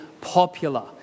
popular